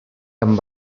amb